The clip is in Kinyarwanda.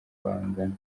bangana